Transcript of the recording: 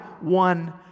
one